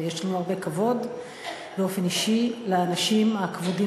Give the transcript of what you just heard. ויש לנו הרבה כבוד באופן אישי לאנשים הכבודים